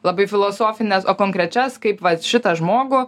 labai filosofines o konkrečias kaip vat šitą žmogų